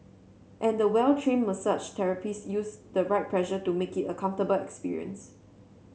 and the well train massage therapist use the right pressure to make it a comfortable experience